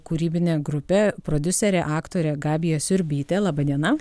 kūrybinė grupė prodiuserė aktorė gabija siurbytė laba diena